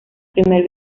primer